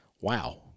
Wow